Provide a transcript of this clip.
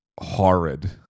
horrid